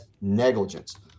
negligence